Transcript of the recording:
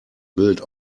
built